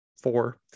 Four